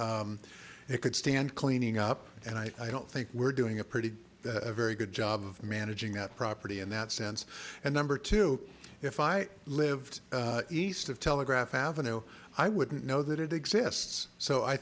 it could stand cleaning up and i don't think we're doing a pretty very good job of managing that property in that sense and number two if i lived east of telegraph avenue i wouldn't know that it exists so i